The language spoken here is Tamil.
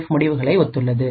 எஃப் முடிவுகளை ஒத்துள்ளது